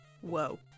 Whoa